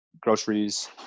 groceries